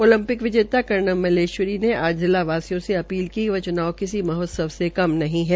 Olympic विजेता मल्लेश्वरी ने आज जिला वासियों को अपील की कि यह च्नाव किसी महोत्सव से कम नहीं है